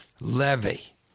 levy